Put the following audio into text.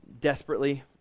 desperately